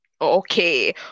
Okay